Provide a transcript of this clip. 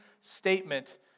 statement